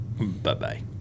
Bye-bye